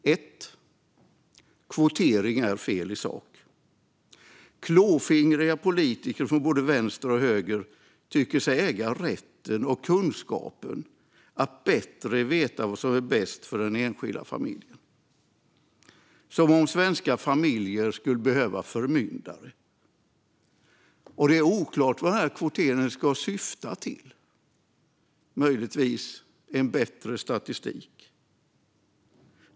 För det första är kvotering fel i sak. Klåfingriga politiker från både vänster och höger tycker sig äga rätten och kunskapen att bättre veta vad som är bäst för den enskilda familjen - som om svenska familjer skulle behöva förmyndare. Det är oklart vad kvoteringen syftar till. Möjligtvis är syftet bättre statistik.